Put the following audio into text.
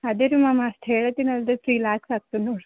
ಅದೇ ರೀ ಮ್ಯಾಮ್ ಅಷ್ಟು ಹೇಳತ್ತೀನಲ್ಲ ರಿ ತ್ರೀ ಲ್ಯಾಕ್ಸ್ ಆಗ್ತದೆ ನೋಡಿರಿ